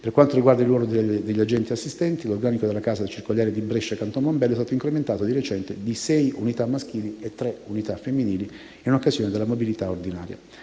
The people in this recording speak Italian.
Per quanto riguarda il ruolo degli agenti-assistenti, l'organico della casa circondariale di Brescia Canton Mombello è stato incrementato, di recente, di 6 unità maschili e di 3 unità femminili, in occasione della mobilità ordinaria.